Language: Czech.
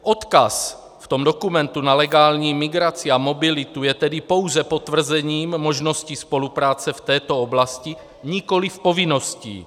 Odkaz v tom dokumentu na legální migraci a mobilitu je tedy pouze potvrzením možnosti spolupráce v této oblasti, nikoliv povinností.